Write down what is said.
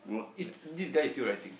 is this guy is still writing